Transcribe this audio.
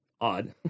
odd